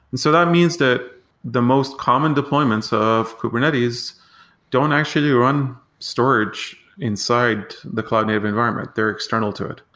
and so that means that the most common deployments of kubernetes don't actually run storage inside the cloud native environment. they're external to it,